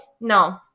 no